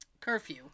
curfew